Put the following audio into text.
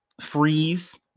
freeze